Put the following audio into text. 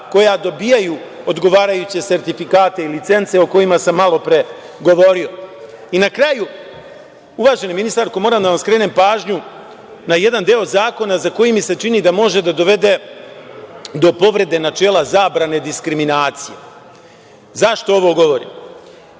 koja dobijaju odgovarajuće sertifikate i licence o kojima sam malopre govorio. Na kraju, uvažena ministarko, moram da vam skrenem pažnju na jedan deo zakona za koji mi se čini da može da dovede do povrede načela zabrane diskriminacije. Zašto ovo govorim?